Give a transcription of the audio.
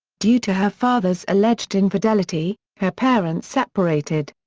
due to her father's alleged infidelity, her parents separated.